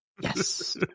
yes